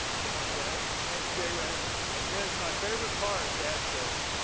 come on dad, that was jay raymond. and then my favorite part, dad says,